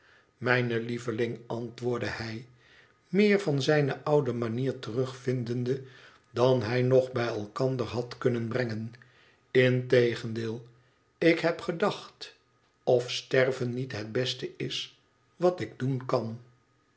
mijde lieveling antwoordde hij meer van zijne oude manier terugvindende dan hij nog bij elkander had kunnen brengen integendeel ik heb gedacht of sterven niet het beste is wat ik doen kan